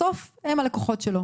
בסוף הם הלקוחות שלו.